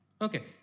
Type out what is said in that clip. Okay